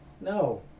No